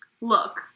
Look